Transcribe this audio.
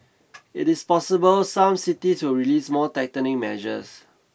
it is possible some cities will release more tightening measures